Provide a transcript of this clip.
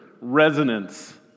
resonance